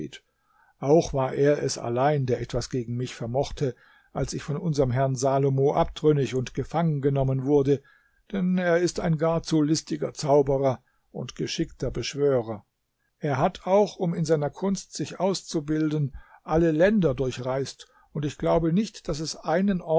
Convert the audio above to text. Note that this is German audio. auch war er es allein der etwas gegen mich vermochte als ich von unserm herrn salomo abtrünnig und gefangengenommen wurde denn er ist ein gar zu listiger zauberer und geschickter beschwörer er hat auch um in seiner kunst sich auszubilden alle länder durchreist und ich glaube nicht daß es einen